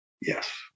yes